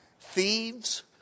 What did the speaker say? Thieves